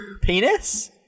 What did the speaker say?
penis